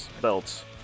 belts